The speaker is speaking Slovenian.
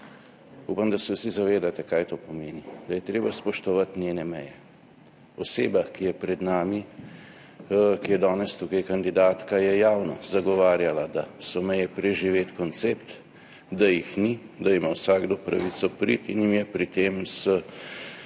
Upam, da se vsi zavedate, kaj to pomeni. Da je treba spoštovati njene meje. Oseba, ki je pred nami, ki je danes tukaj kandidatka, je javno zagovarjala, da so meje preživet koncept, da jih ni, da ima vsakdo pravico priti, in jim je pri tem s